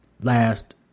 last